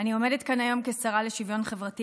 אני עומדת כאן היום כשרה לשוויון חברתי